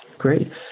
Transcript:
Great